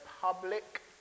public